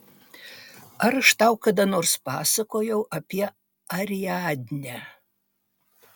ar aš tau kada nors pasakojau apie ariadnę